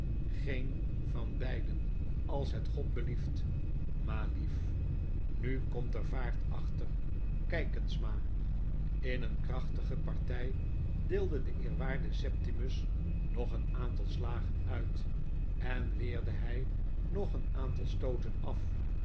geen van beiden als het god blieft ma lief nu komt er vaart achter kflk eens ma i in een krachtige partfl deelde de eerwaarde septimus nog een aantal slagen uit en weerde hij nog een aantal stooten ar